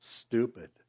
stupid